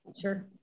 Sure